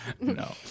No